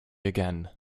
again